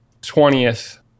twentieth